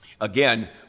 Again